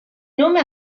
nome